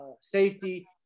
safety